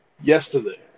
yesterday